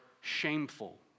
shameful